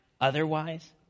otherwise